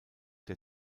der